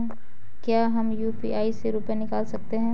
क्या हम यू.पी.आई से रुपये निकाल सकते हैं?